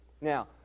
Now